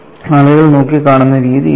ആളുകൾ നോക്കിക്കാണുന്ന രീതി ഇതാണ്